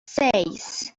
seis